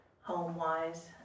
home-wise